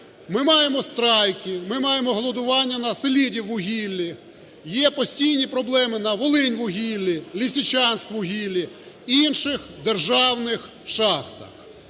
ми маємо страйки, ми маємо голодування "Селидіввугіллі". Є постійні проблеми на "Волиньвугіллі", "Лисичансьвугіллі" і інших державних шахтах.